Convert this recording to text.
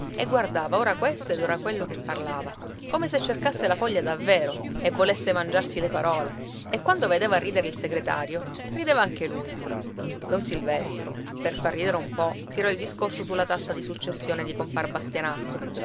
e guardava ora questo ed ora quello che parlava come se cercasse la foglia davvero e volesse mangiarsi le parole e quando vedeva ridere il segretario rideva anche lui don silvestro per far ridere un po tirò il discorso sulla tassa di successione di compar bastianazzo